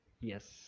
Yes